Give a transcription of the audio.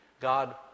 God